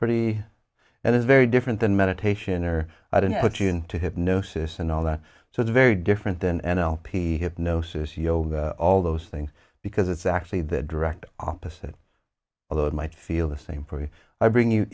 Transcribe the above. pretty and it's very different than meditation or i don't put you into hypnosis and all that so it's very different than n l p hypnosis yoga all those things because it's actually the direct opposite although it might feel the same for i bring you